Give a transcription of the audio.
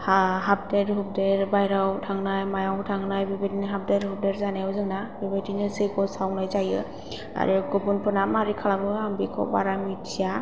हा हाबदेर हुबदेर बायह्रायाव थांनाय मायाव थांनाय बेबादिनो हाबदेर हुबदेर जानायाव जोंना बेबादिनो जैग' सावनाय जायो आरो गुबुनफोरना माबोरै खालामो आं बिखौ बारा मिथिया